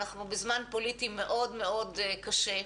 אנחנו בזמן פוליטי מאוד מאוד קשה.